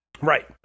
Right